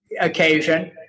occasion